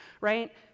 right